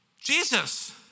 Jesus